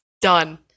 Done